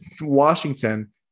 Washington